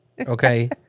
Okay